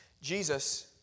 Jesus